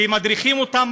כשמדריכים אותם,